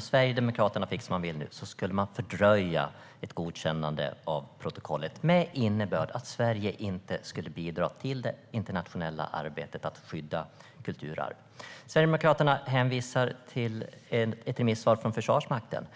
Sverigedemokraterna fick som de ville skulle de fördröja ett godkännande av protokollet, med innebörd att Sverige inte skulle bidra till det internationella arbetet att skydda kulturarv. Sverigedemokraterna hänvisar till ett remissvar från Försvarsmakten.